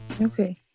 okay